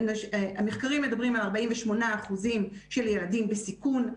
המחקרים מדברים על 48% של ילדים בסיכון,